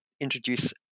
introduce